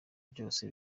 byose